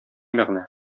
мәгънә